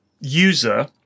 user